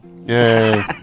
Yay